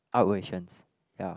out rations ya